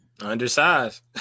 undersized